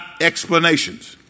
explanations